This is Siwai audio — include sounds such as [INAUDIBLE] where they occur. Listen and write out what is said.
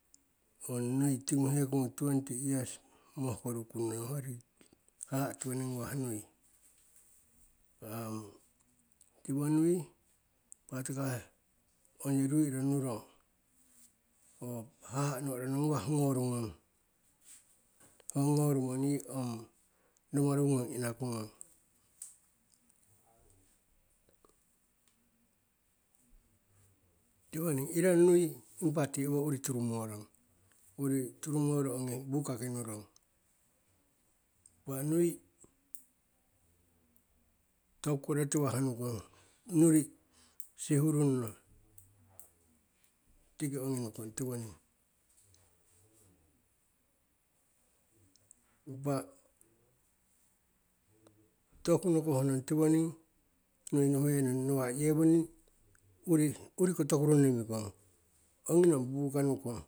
[UNINTELLIGIBLE] tigu hekogu twenty yias mohkoru kunnong, hoyo haha'a tiwoning ngawah nui, tiwoning patakah ong ru iro nurong, ho haha'a no'ora nno ngawah ngoru ngong, ho ngoru ngong ni ong rumaru ngong inaku ngong. tiwoning, iro nui impa ti owo uri turumorong, uri turumoro ogni bukaki nurong, impa nui, tokuko rotiwah nukong, nuri'i sihurunno tiki ongi nukong tiwoning, impa toku nokoh nong tiwoning nuinuhe nong, nawa'a yewoning uri, uri ko tokurunni mikong. ongi nong buka nukong.